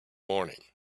morning